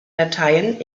dateien